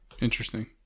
Interesting